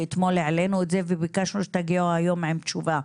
ואתמול העלינו את זה וביקשנו שתגיעו היום עם תשובה,